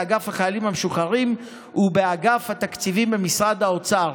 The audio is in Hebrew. באגף החיילים המשוחררים ובאגף התקציבים במשרד האוצר.